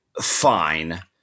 fine